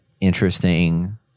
interesting